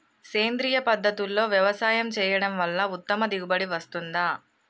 సేంద్రీయ పద్ధతుల్లో వ్యవసాయం చేయడం వల్ల ఉత్తమ దిగుబడి వస్తుందా?